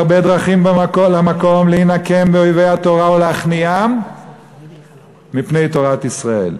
והרבה דרכים למקום להינקם באויבי התורה ולהכניעם מפני תורת ישראל.